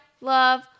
love